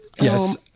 yes